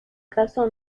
caso